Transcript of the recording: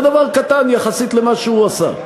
זה דבר קטן יחסית למה שהוא עשה.